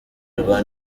rwa